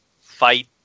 fight